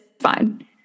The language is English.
fine